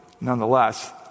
nonetheless